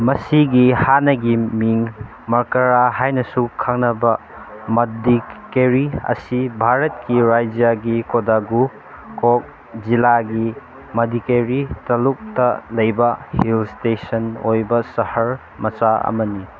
ꯃꯁꯤꯒꯤ ꯍꯥꯟꯅꯒꯤ ꯃꯤꯡ ꯃꯀꯔꯥ ꯍꯥꯏꯅꯁꯨ ꯈꯪꯅꯕ ꯃꯗꯤꯀꯦꯔꯤ ꯑꯁꯤ ꯚꯥꯔꯠꯀꯤ ꯔꯥꯏꯖ꯭ꯌꯥꯒꯤ ꯀꯣꯗꯒꯨ ꯀꯣꯛ ꯖꯤꯜꯂꯥꯒꯤ ꯃꯗꯤꯀꯦꯔꯤ ꯇꯂꯨꯛꯇ ꯂꯩꯕ ꯍꯤꯜ ꯏꯁꯇꯦꯁꯟ ꯑꯣꯏꯕ ꯁꯍꯔ ꯃꯆꯥ ꯑꯃ ꯂꯩ